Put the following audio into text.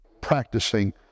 practicing